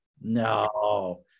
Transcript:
No